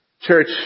Church